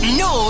no